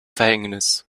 verhängnis